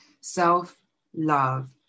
self-love